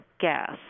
gas